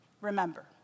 Remember